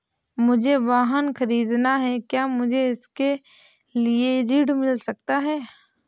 मुझे वाहन ख़रीदना है क्या मुझे इसके लिए ऋण मिल सकता है?